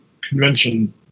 convention